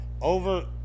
Over